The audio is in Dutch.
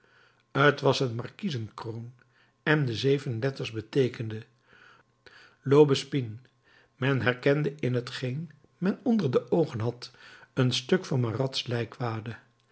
t was een markiezenkroon en de zeven letters beteekenden laubespine men herkende in t geen men onder de oogen had een stuk van